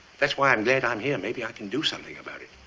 that's why i'm glad i'm here, maybe i can do something about it.